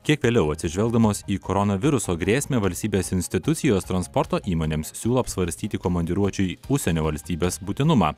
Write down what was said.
kiek vėliau atsižvelgdamos į koronaviruso grėsmę valstybės institucijos transporto įmonėms siūlo apsvarstyti komandiruočių į užsienio valstybes būtinumą